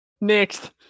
Next